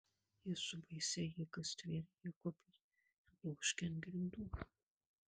jis su baisia jėga stveria jakobį ir bloškia ant grindų